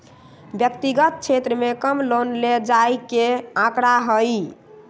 व्यक्तिगत क्षेत्र में कम लोन ले जाये के आंकडा हई